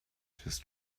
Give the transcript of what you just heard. his